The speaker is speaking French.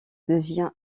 devient